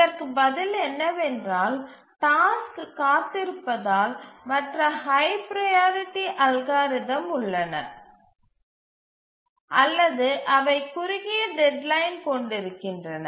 இதற்கு பதில் என்னவென்றால் டாஸ்க் காத்திருப்பதால் மற்ற ஹய் ப்ரையாரிட்டி அல்காரிதம் உள்ளன அல்லது அவை குறுகிய டெட்லைன் கொண்டிருக்கின்றன